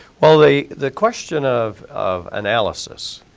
well, the the question of of analysis